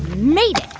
made it.